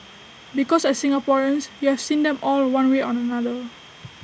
because as Singaporeans you have seen them all one way or another